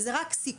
וזה עוד רק סיכוי,